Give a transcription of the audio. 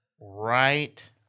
right